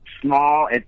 small